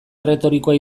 erretorikoa